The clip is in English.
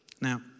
Now